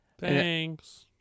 Thanks